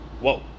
whoa